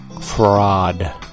fraud